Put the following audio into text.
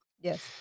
Yes